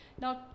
Now